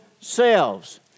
selves